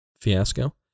fiasco